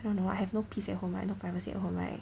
well you know I have no peace at home no privacy at home right